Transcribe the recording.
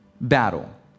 battle